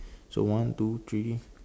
so one two three